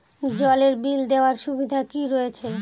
জলের বিল দেওয়ার সুবিধা কি রয়েছে?